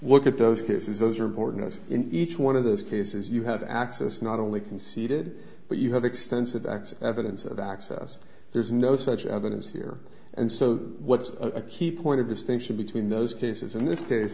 look at those cases those are important as in each one of those cases you have access not only conceded but you have extensive access evidence of access there's no such evidence here and so what's a key point of distinction between those cases in this case